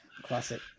classic